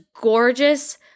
gorgeous